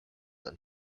and